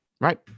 Right